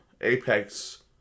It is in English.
Apex